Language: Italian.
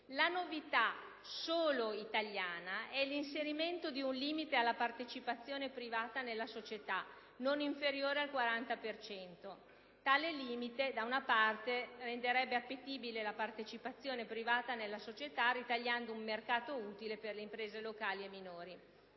La novità, solo italiana, è l'inserimento di un limite alla partecipazione privata nella società, non inferiore al 40 per cento. Tale limite da una parte renderebbe appetibile la partecipazione privata nella società, ritagliando un mercato utile per le imprese locali e minori.